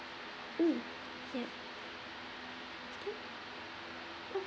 mm yup okay